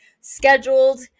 scheduled